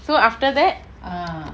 so after that